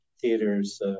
theaters